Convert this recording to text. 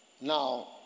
Now